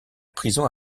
prison